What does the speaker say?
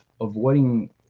Avoiding